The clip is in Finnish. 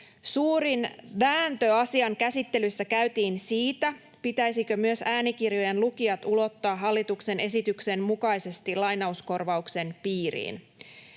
Suurin vääntö asian käsittelyssä käytiin siitä, pitäisikö myös äänikirjojen lukijat ulottaa hallituksen esityksen mukaisesti lainauskorvauksen piiriin.